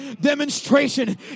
Demonstration